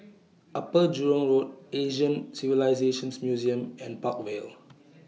Upper Jurong Road Asian Civilisations Museum and Park Vale